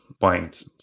point